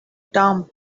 dumb